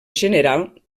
general